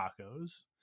tacos